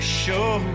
sure